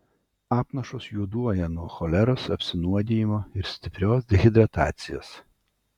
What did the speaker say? apnašos juoduoja nuo choleros apsinuodijimo ir stiprios dehidratacijos